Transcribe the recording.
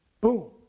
Boom